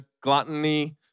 gluttony